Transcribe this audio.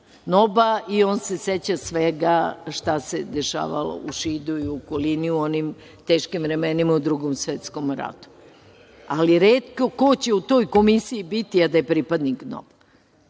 NOB i on se seća svega šta se dešavalo u Šidu i okolini u onim teškim vremenima u Drugom svetskom ratu. Ali, retko ko će u toj komisiji biti, a da je pripadnik NOB-a.